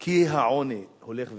כי העוני הולך וגדל,